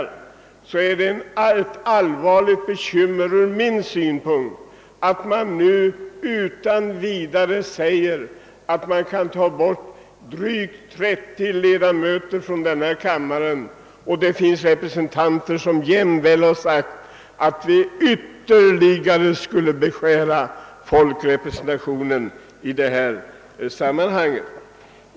Detta är bekymmersamt, och jag finner det allvarligt att man nu utan vidare föreslår att 30 ledamöter skall rationaliseras bort från denna kammare — det finns t.o.m. representanter som har sagt att folkrepresentationen skulle kunna beskäras ytterligare.